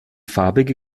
farbige